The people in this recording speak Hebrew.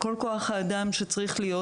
כל כוח-האדם שצריך להיות,